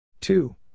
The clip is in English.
two